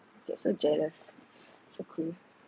get so jealous so cool